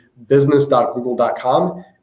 business.google.com